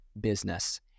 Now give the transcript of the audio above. business